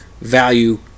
value